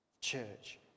Church